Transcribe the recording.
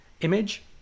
image